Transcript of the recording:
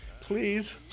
Please